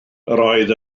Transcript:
oedd